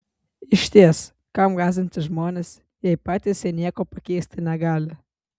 išties kam gąsdinti žmones jei patys jie nieko pakeisti negali